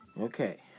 Okay